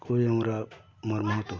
খুবই আমরা মর্মাহত